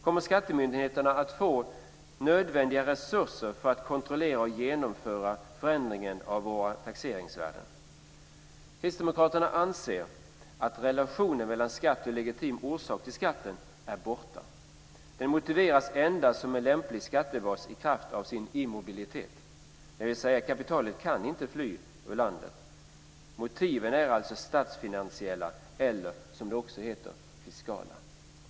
Kommer skattemyndigheterna att få nödvändiga resurser för att kontrollera och genomföra förändringen av våra taxeringsvärden? Kristdemokraterna anser att relationen mellan skatt och legitim orsak till skatten är borta. Den motiveras endast som en lämplig skattebas i kraft av sin immobilitet, dvs. kapitalet kan inte fly ur landet. Motiven är alltså statsfinansiella eller, som det också heter, fiskala.